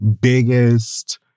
biggest